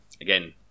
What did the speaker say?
Again